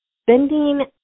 Spending